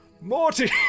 Morty